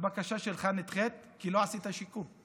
הבקשה שלך נדחית כי לא עשית שיקום.